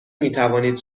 میتوانید